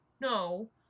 no